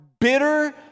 bitter